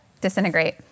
disintegrate